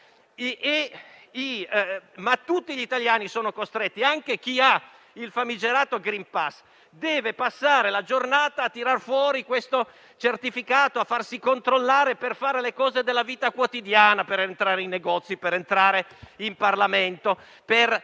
Ma tutti gli italiani sono costretti, anche chi ha il famigerato *green pass*, a passare la giornata a tirar fuori il certificato e a farsi controllare per svolgere le attività della vita quotidiana (entrare in negozi, entrare in Parlamento, salire